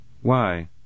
Why